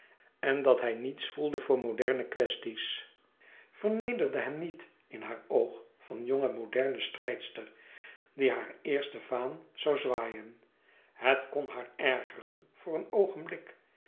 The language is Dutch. en dat hij niets voelde voor moderne kwesties vernederde hem niet in haar oog van jonge moderne strijdster die haar eerste vaan zoû zwaaien het kon haar ergeren voor een oogenblik